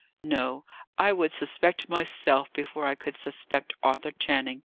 no i would suspect myself, before i could suspect arthur channing.